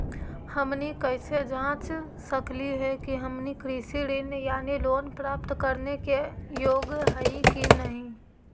हमनी कैसे जांच सकली हे कि हमनी कृषि ऋण यानी लोन प्राप्त करने के योग्य हई कि नहीं?